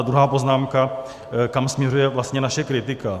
Druhá poznámka, kam směřuje vlastně naše kritika.